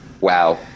Wow